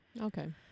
okay